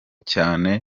cyane